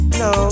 no